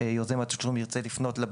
שיוזם התשלום לא יוכל לפנות בכל דרך שהוא